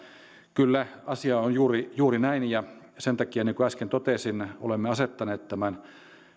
kyllä asia on juuri juuri näin ja sen takia niin kuin äsken totesin olemme asettaneet tämän